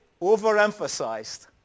overemphasized